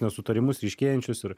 nesutarimus ryškėjančius ir